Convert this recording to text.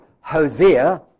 Hosea